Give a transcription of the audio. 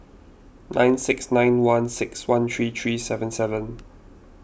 nine six nine one six one three three seven seven